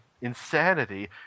insanity